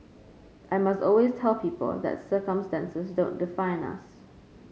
I must always tell people that circumstances don't define us